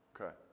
Okay